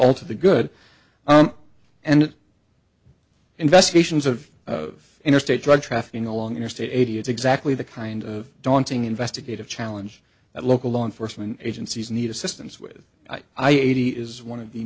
to the good and investigations of interstate drug trafficking along interstate eighty is exactly the kind of daunting investigative challenge that local law enforcement agencies need assistance with i eighty is one of the